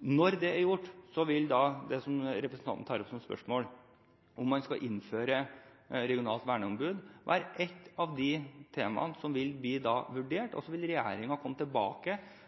Når det er gjort, vil det som representanten tar opp som spørsmål, om man skal innføre regionalt verneombud, være et av de temaene som da vil bli vurdert. Så vil regjeringen etter at det arbeidet er ferdig, komme tilbake